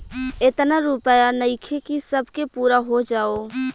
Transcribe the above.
एतना रूपया नइखे कि सब के पूरा हो जाओ